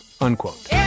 unquote